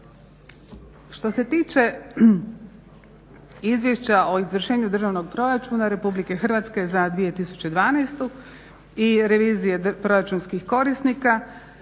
Što se tiče Izvješća o izvršenju državnog proračuna RH za 2012. i revizije proračunskih korisnika